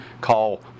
Call